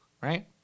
right